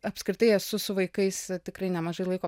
apskritai esu su vaikais tikrai nemažai laiko